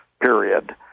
period